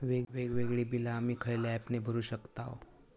वेगवेगळी बिला आम्ही खयल्या ऍपने भरू शकताव?